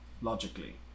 logically